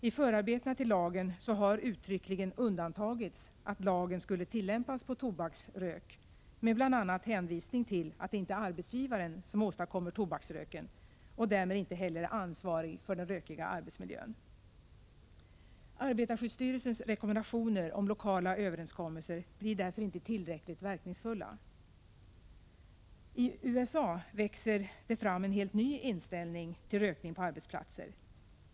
I förarbetena till lagen har uttryckligen undantagits att den skulle tillämpas när det gäller tobaksrök. Det har man gjort genom att bl.a. hänvisa till att det inte är arbetsgivaren som åstadkommer tobaksröken och därmed inte heller är ansvarig för den rökiga arbetsmiljön. Arbetarskyddsstyrelsens rekommendationer om lokala överenskommelser blir därför inte tillräckligt verkningsfulla. I USA växer det fram en helt ny inställning till rökning på arbetsplatser.